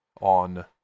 on